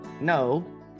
No